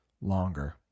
longer